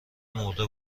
مرده